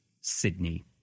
Sydney